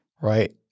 right